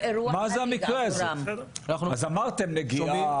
אמרתם נגיעה,